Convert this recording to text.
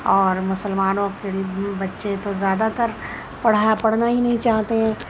اور مسلمانوں کے بچے تو زیادہ تر پڑھا پڑھنا ہی نہیں چاہتے ہیں